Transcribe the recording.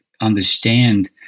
understand